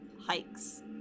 hikes